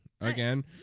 Again